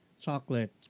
chocolate